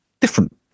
different